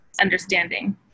understanding